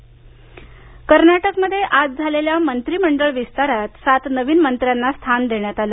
कर्नाटक कर्नाटकमध्ये आज झालेल्या मंत्रिमंडळ विस्तारात सात नवीन मंत्र्यांना स्थान देण्यात आलं